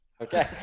Okay